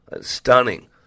Stunning